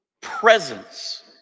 presence